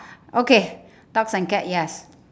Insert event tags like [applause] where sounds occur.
[breath] okay dogs and cats yes